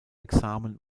examen